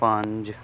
ਪੰਜ